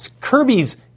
Kirby's